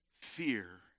Fear